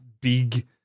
big